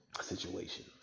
situation